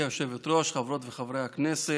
גברתי היושבת-ראש, חברות וחברי הכנסת,